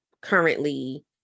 currently